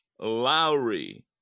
Lowry